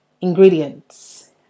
ingredients